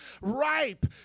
ripe